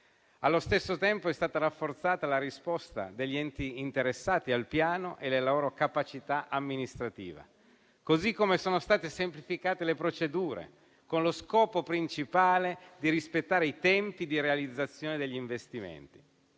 Allo stesso tempo, sono state rafforzate la risposta degli enti interessati al Piano e la loro capacità amministrativa, così come sono state semplificate le procedure, con lo scopo principale di rispettare i tempi di realizzazione degli investimenti.